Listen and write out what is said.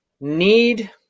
need